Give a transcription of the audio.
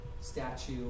statue